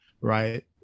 Right